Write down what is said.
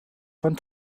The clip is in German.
von